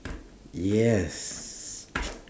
yes